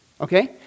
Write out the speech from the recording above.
Okay